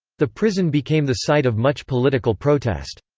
the prison became the site of much political protest.